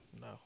No